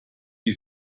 wie